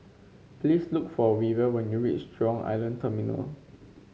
please look for Weaver when you reach Jurong Island Terminal